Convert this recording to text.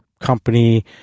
company